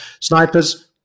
Snipers